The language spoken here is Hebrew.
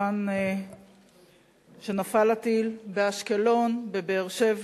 היכן שנפל הטיל, באשקלון, בבאר-שבע.